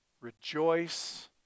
Rejoice